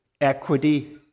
equity